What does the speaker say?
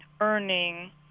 earning